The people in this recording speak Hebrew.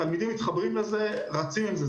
התלמידים מתחברים לזה, רצים עם זה.